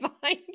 find